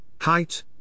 height